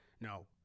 No